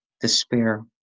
despair